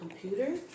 computer